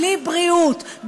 בלי בריאות,